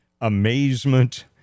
amazement